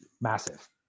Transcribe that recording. massive